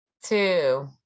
two